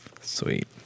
Sweet